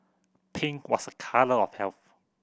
pink was a colour of health